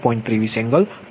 23 angle 67